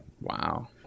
Wow